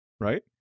right